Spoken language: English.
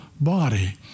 body